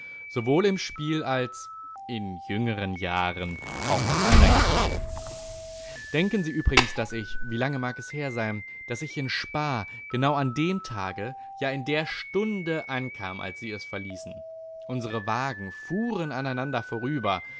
sowohl im spiel als in jüngern jahren auch auf andern gebieten denken sie übrigens daß ich wie lange mag es her sein daß ich in spa genau an dem tage ja in der stunde ankam als sie es verließen unsre wagen fuhren aneinander vorüber